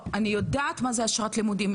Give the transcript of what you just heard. אני יודעת מה זה אשרת לימודים,